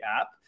app